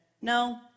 No